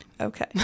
Okay